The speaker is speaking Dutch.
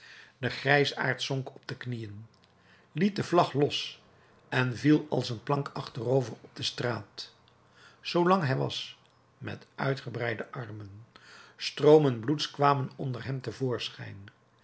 de grijsaard zonk op de knieën liet de vlag los en viel als een plank achterover op de straat zoo lang hij was met uitgebreide armen stroomen bloeds kwamen onder hem